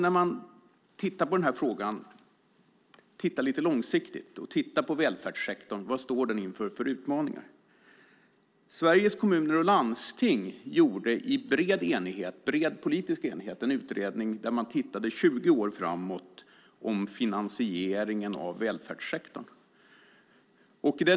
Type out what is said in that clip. När man tittar på denna fråga måste man se lite långsiktigt. Vad står välfärdssektorn inför för utmaningar? Sveriges Kommuner och Landsting gjorde i bred politisk enighet en utredning där man tittade på finansieringen av välfärdssektorn 20 år framåt i tiden.